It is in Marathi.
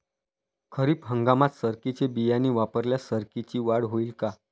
खरीप हंगामात सरकीचे बियाणे वापरल्यास सरकीची वाढ होईल का?